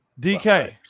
DK